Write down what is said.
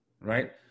right